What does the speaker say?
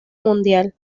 mundial